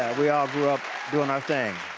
we all grew up doin' our thing.